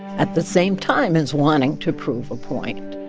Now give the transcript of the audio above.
at the same time as wanting to prove a point